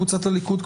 קבוצת הליכוד,